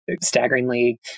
staggeringly